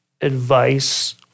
advice